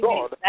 God